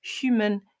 human